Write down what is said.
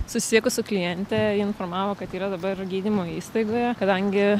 susisiekus su kliente ji informavo kad yra dabar gydymo įstaigoje kadangi